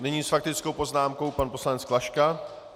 Nyní s faktickou poznámkou pan poslanec Klaška.